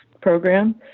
program